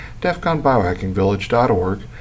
defconbiohackingvillage.org